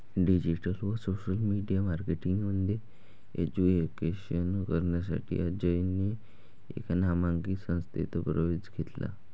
digital आणि social media marketing मध्ये graduation करण्यासाठी अजयने एका नामांकित संस्थेत प्रवेश घेतला